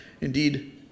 indeed